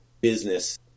business